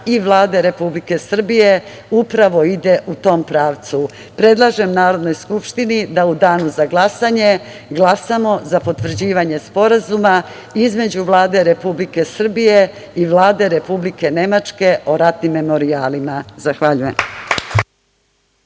i Vlade Republike Srbije upravo ide u tom pravcu. Predlažem Narodnoj skupštini da u danu za glasanje glasamo za potvrđivanje Sporazuma između Vlade Republike Srbije i Vlade Republike Nemačke o ratnim memorijalima. Zahvaljujem.